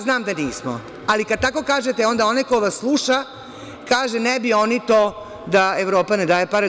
Znam da nismo, ali kada tako kažete onda onaj ko vas sluša kaže – ne bi oni to da Evropa ne daje pare.